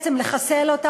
בעצם לחסל אותה,